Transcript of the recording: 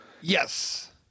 Yes